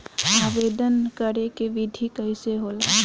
आवेदन करे के विधि कइसे होला?